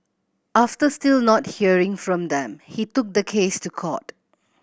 after still not hearing from them he took the case to court